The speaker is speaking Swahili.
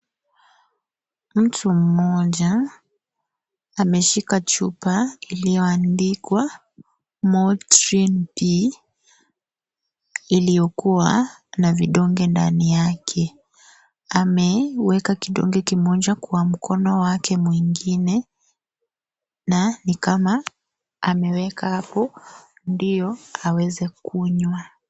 Mtu mmoja ameshika chupa iliyoandikwa (cs)motrin b (cs) iliyokuwa na vidonge ndani yake, ameweka kidonge kimoja kwa mkono wake mwingine na ni kama ameweka huku ndiyo awezekunywa.